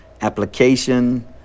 application